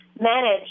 Manage